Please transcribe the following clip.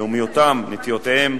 לאומיותם, נטיותיהם,